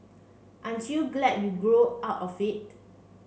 aren't you glad you grew out of it